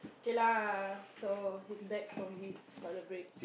kay lah so he's back from his toilet break